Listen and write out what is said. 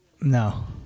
No